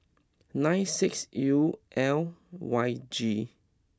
nine six U L Y G